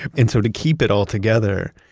and so to keep it all together,